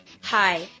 Hi